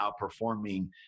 outperforming